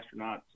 astronauts